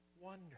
Wonder